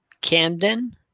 Camden